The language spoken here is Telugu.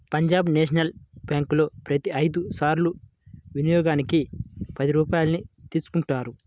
పంజాబ్ నేషనల్ బ్యేంకులో ప్రతి ఐదు సార్ల వినియోగానికి పది రూపాయల్ని తీసుకుంటారు